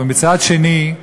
אבל מצד שני,